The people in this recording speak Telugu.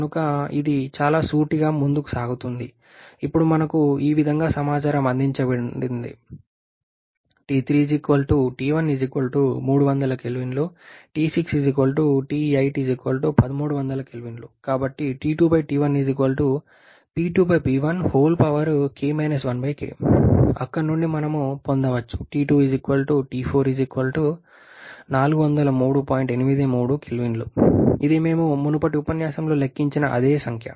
కనుక ఇది చాలా సూటిగా ముందుకు సాగుతుంది అప్పుడు మాకు ఈ విధంగా సమాచారం అందించబడింది కాబట్టి అక్కడ నుండి మనం పొందవచ్చు ఇది మేము మునుపటి ఉపన్యాసంలో లెక్కించిన అదే సంఖ్య